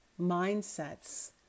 mindsets